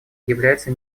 является